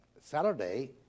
Saturday